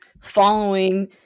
following